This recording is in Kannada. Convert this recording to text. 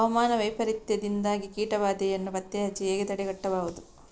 ಹವಾಮಾನ ವೈಪರೀತ್ಯದಿಂದಾಗಿ ಕೀಟ ಬಾಧೆಯನ್ನು ಪತ್ತೆ ಹಚ್ಚಿ ಹೇಗೆ ತಡೆಗಟ್ಟಬಹುದು?